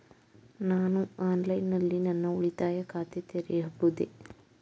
ನಾನು ಆನ್ಲೈನ್ ನಲ್ಲಿ ನನ್ನ ಉಳಿತಾಯ ಖಾತೆ ತೆರೆಯಬಹುದೇ?